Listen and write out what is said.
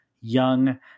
young